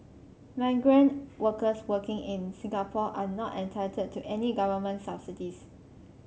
migrant workers working in Singapore are not entitled to any government subsidies